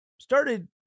started